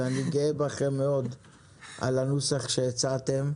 ואני גאה בכם מאוד על הנוסח שהצעתם.